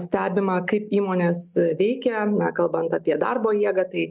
stebima kaip įmonės veikia na kalbant apie darbo jėgą tai